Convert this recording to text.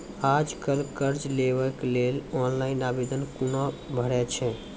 आज कल कर्ज लेवाक लेल ऑनलाइन आवेदन कूना भरै छै?